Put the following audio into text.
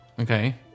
Okay